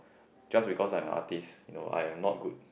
just because I'm an artist I am not good